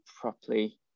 properly